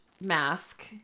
mask